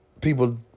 People